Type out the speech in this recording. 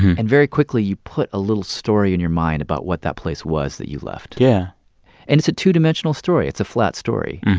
and very quickly you put a little story in your mind about what that place was that you left yeah and it's a two-dimensional story. it's a flat story.